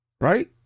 right